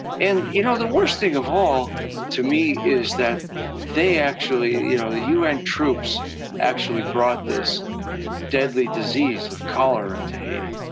and, you know, the worst thing of all to me is that they actually you know, the un troops actually brought this deadly disease of cholera to haiti.